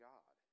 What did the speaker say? God